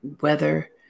weather